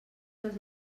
les